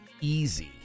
easy